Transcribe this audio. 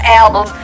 album